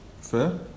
fair